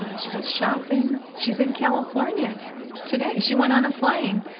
ah she goes shopping. she's in california today. she went on a plane.